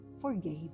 forgave